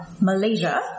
Malaysia